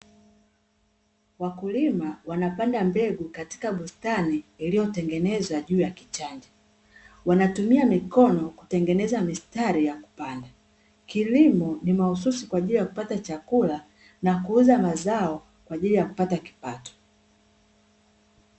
Wakulima wanapanda mbegu katika bustani iliyotengenezwa juu ya kichanja, wanatumia mikono kutengeneza mistari ya kupanda. Kilimo ni mahususi kwa ajili ya kupata chakula na kuuza mazao kwa ajili ya kupata kipato.